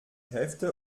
hälfte